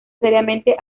seriamente